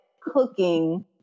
cooking